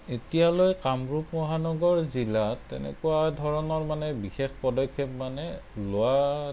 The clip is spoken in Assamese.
এতিয়ালৈ কামৰূপ মহানগৰ জিলাত তেনেকুৱা ধৰণৰ মানে বিশেষ পদক্ষেপ মানে লোৱা